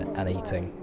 and eating,